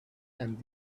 and